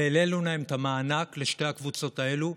והעלינו להם את המענק, לשתי הקבוצות האלה,